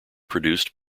produced